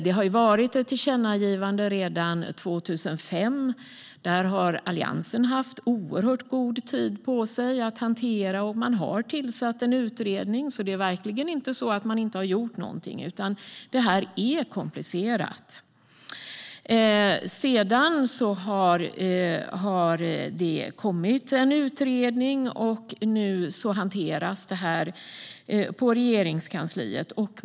Det har ju funnits ett tillkännagivande, redan 2005, och Alliansen har haft oerhört god tid på sig att hantera detta. Man har också tillsatt en utredning, så det är verkligen inte så att man inte har gjort någonting. Detta är dock komplicerat. Sedan har det kommit en utredning, och nu hanteras detta i Regeringskansliet.